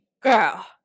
Girl